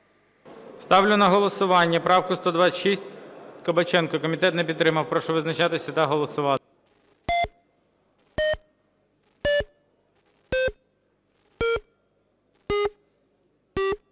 Ставлю на голосування правку 126 Кабаченка. Комітет не підтримав. Прошу визначатися та голосувати.